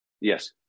Yes